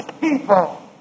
people